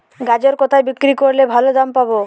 গাজর কোথায় বিক্রি করলে ভালো দাম পাব?